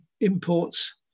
imports